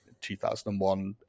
2001